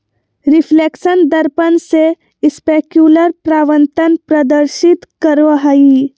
reflection दर्पण से specular परावर्तन प्रदर्शित करो हइ